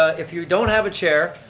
if you don't have a chair,